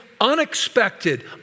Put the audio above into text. unexpected